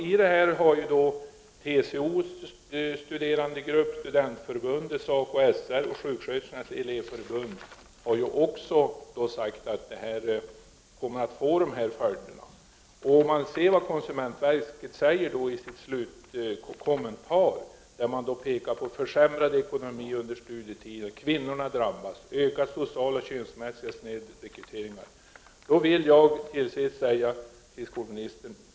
Även TCO:s studerandegrupp, studentförbundet, SACO/SR och sjuksköterskornas elevförbund har sagt att det kommer att få dessa följder. I sin slutkommentar pekar konsumentverket på försämrad ekonomi under studietiden, att kvinnorna drabbas och att det blir ökade sociala och könsmässiga snedrekryteringar.